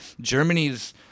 Germany's